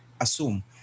assume